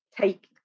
take